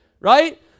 right